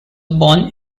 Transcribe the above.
born